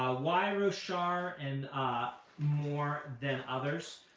ah why roshar and ah more than others?